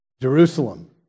Jerusalem